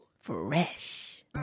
fresh